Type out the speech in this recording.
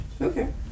Okay